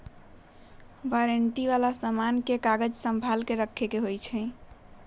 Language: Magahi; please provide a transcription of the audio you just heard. वारंटी वाला समान के कागज संभाल के रखे ला होई छई